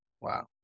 Wow